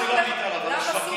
למה סופר, אבל בשווקים.